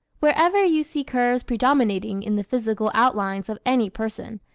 wherever you see curves predominating in the physical outlines of any person,